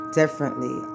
differently